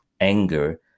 anger